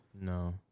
No